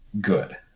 good